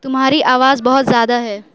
تمہاری آواز بہت زیادہ ہے